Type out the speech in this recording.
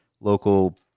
local